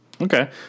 Okay